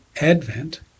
Advent